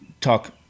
talk